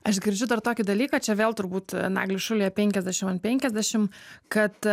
aš girdžiu dar tokį dalyką čia vėl turbūt naglis šulija penkiasdešim an penkiasdešim kad